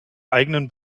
eigenen